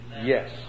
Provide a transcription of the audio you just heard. Yes